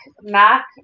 Mac